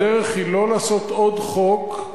הדרך היא לא לעשות עוד חוק,